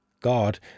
God